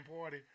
party